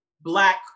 Black